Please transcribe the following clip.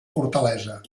fortalesa